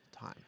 time